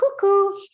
cuckoo